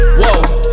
whoa